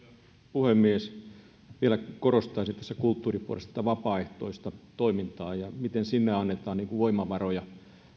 puhemies vielä korostaisin kulttuurin puolesta tätä vapaaehtoista toimintaa ja sitä miten sinne annetaan voimavaroja